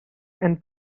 and